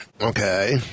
Okay